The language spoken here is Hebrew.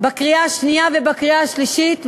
בקריאה שנייה ובקריאה שלישית,